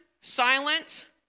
silent